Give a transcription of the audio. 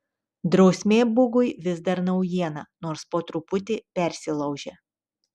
drausmė bugui vis dar naujiena nors po truputį persilaužia